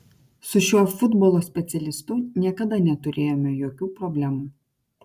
su šiuo futbolo specialistu niekada neturėjome jokių problemų